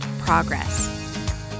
Progress